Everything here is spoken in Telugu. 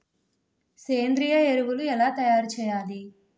సేంద్రీయ ఎరువులు ఎలా తయారు చేయాలి?